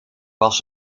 was